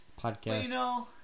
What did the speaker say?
Podcast